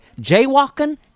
jaywalking